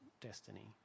destiny